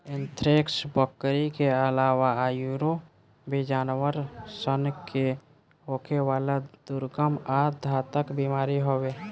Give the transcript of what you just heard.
anthrax, बकरी के आलावा आयूरो भी जानवर सन के होखेवाला दुर्गम आ घातक बीमारी हवे